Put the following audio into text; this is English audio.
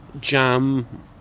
jam